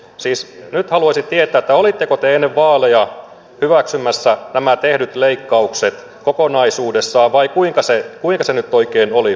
siis nyt haluaisin tietää olitteko te ennen vaaleja hyväksymässä nämä tehdyt leikkaukset kokonaisuudessaan vai kuinka se nyt oikein oli